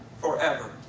forever